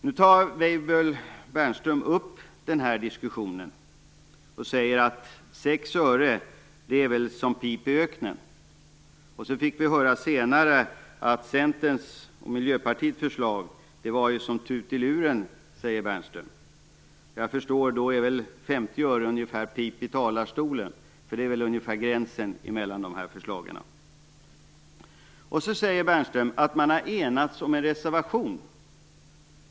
Nu tar Peter Weibull Bernström upp den här diskussionen och säger att 6 öre är som ett pip i öknen. Senare fick vi höra att Centerns och Miljöpartiets förslag var som tut i luren, enligt Bernström. Jag förstår att 50 öre då väl är ett pip i talarstolen. Det är den ungefärliga gränsen mellan de här förslagen. Dessutom säger Bernström att man har enats om en reservation.